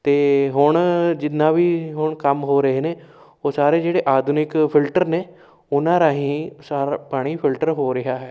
ਅਤੇ ਹੁਣ ਜਿੰਨਾ ਵੀ ਹੁਣ ਕੰਮ ਹੋ ਰਹੇ ਨੇ ਉਹ ਸਾਰੇ ਜਿਹੜੇ ਆਧੁਨਿਕ ਫਿਲਟਰ ਨੇ ਉਹਨਾਂ ਰਾਹੀਂ ਸਾਰਾ ਪਾਣੀ ਫਿਲਟਰ ਹੋ ਰਿਹਾ ਹੈ